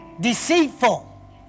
deceitful